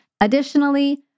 Additionally